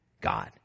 God